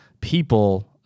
people